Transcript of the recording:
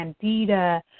candida